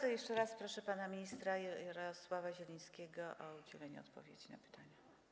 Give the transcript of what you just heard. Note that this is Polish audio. I jeszcze raz proszę pana ministra Jarosława Zielińskiego o udzielenie odpowiedzi na pytanie.